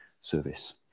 service